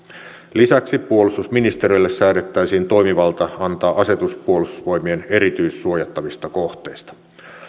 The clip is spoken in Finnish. lisäksi puolustusministeriölle säädettäisiin toimivalta antaa asetus puolustusvoimien erityissuojattavista kohteista